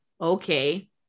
Okay